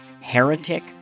Heretic